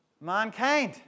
mankind